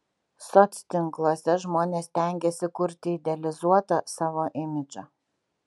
soctinkluose žmonės stengiasi kurti idealizuotą savo imidžą